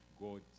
God